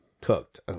cooked